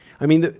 i mean,